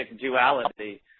duality